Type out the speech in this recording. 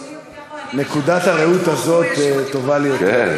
נקודת הראות הזאת טובה לי יותר.